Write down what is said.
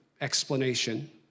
explanation